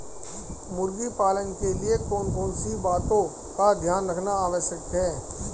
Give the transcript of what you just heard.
मुर्गी पालन के लिए कौन कौन सी बातों का ध्यान रखना आवश्यक है?